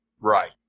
Right